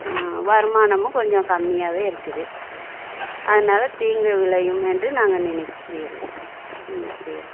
வருமானமும் கொஞ்சம் கம்மியாகவே இருக்குது அதனால தீங்கு விளையும் என்று நாங்கள் நினைக்கிறீர் நினைக்கிறீர்